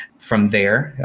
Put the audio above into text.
from there,